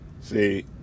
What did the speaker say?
See